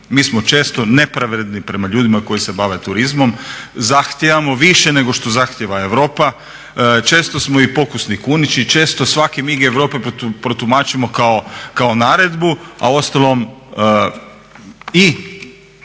Mi smo često nepravedni prema ljudima koji se bave turizmom, zahtijevamo više nego što zahtijeva Europa. Često smo i pokusni kunići, često svaki mig Europe protumačimo kao naredbu, a uostalom i